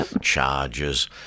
charges